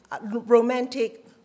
romantic